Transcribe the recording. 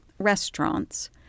restaurants